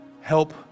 help